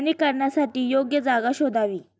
वनीकरणासाठी योग्य जागा शोधावी